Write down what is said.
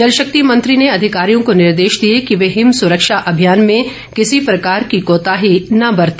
जल शक्ति मंत्री ने अधिकारियों को निर्देश दिए कि वे हिम सुरक्षा अभियान में किसी प्रकार की कोताही न बरते